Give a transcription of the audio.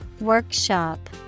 Workshop